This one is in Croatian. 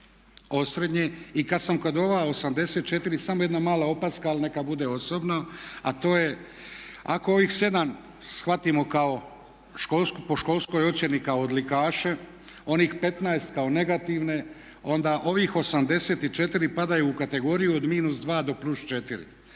i kad sam kod ova 84 samo jedna mala opaska ali neka bude osobno, a to je ako ovih 7 shvatimo kao po školskoj ocjeni kako odlikaše, onih 15 kao negativne onda ovih 84 padaju u kategoriju od -2 do +4.